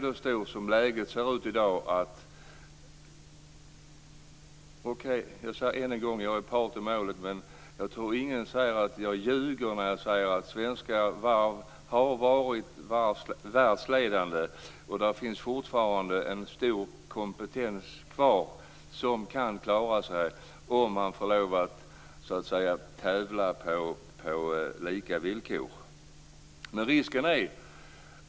Jag säger än en gång att jag är part i målet, men jag tror inte att någon påstår att jag ljuger när jag säger att svenska varv har varit världsledande. Det finns fortfarande en stor kompetens kvar, som kan klara sig om man får lov att så att säga tävla på lika villkor.